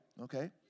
Okay